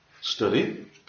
study